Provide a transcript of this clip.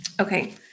Okay